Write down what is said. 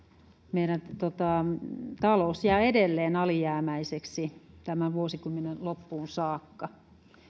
meillä talous jää edelleen alijäämäiseksi tämän vuosikymmenen loppuun saakka